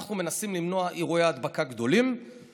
אנחנו מנסים למנוע אירועי הדבקה גדולים,